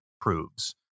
proves